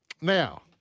Now